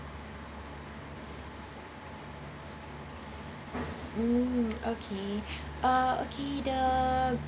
mmhmm okay uh okay the